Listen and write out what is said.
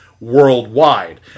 worldwide